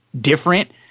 different